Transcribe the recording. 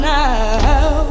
now